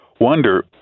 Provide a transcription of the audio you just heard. wonder